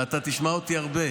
ואתה תשמע אותי הרבה.